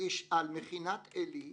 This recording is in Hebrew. על מכינת עלי.